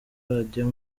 radiyo